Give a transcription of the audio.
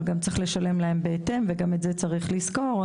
אבל גם צריך לשלם להם בהתאם וגם את זה צריך לזכור.